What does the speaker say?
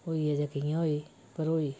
होई ऐ जां कि'यां होई पर होई